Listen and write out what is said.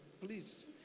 Please